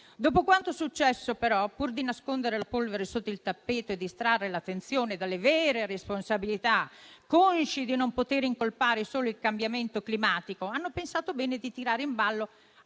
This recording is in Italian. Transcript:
Dopo quanto successo però, pur di nascondere la polvere sotto il tappeto e distrarre l'attenzione dalle vere responsabilità, consci di non poter incolpare solo il cambiamento climatico, hanno pensato bene di tirare in ballo